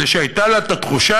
זה שהייתה לה התחושה,